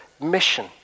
mission